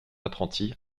apprenti